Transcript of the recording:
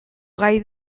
gai